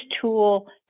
tool